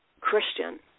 Christian